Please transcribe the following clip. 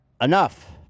Enough